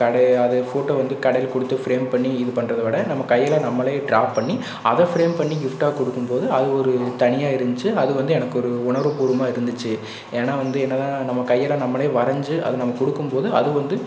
கடை அதை ஃபோட்டோ வந்து கடையில் கொடுத்து ஃப்ரேம் பண்ணி இது பண்றதை விட நம்ம கையில் நம்மளே ட்ரா பண்ணி அத ஃப்ரேம் பண்ணி கிஃப்ட்டாக கொடுக்கும்போது அது ஒரு தனியாக இருந்துச்சு அது வந்து எனக்கொரு உணர்வு பூர்வமாக இருந்துச்சு ஏன்னா வந்து என்னதான் நம்ம கையில் நம்மளே வரைஞ்சி அதை நம்ம கொடுக்கும்போது அது வந்து